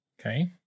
Okay